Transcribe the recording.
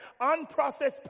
Unprocessed